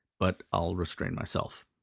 but i'll restrain myself.